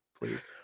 please